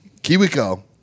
KiwiCo